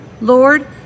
Lord